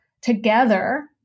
together